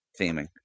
theming